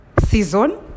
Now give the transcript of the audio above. season